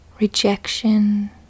rejection